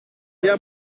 der